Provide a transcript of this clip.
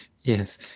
Yes